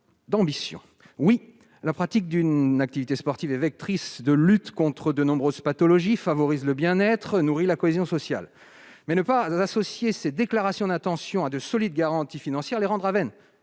Oui, la pratique d'une activité sportive est vectrice de lutte contre de nombreuses pathologies, favorise le bien-être et nourrit la cohésion sociale ! Mais le fait de ne pas associer ces déclarations d'intention à de solides garanties financières les rendra vaines.